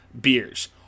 beers